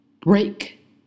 Break